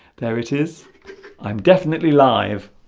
there it is i'm definitely live